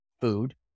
food